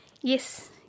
yes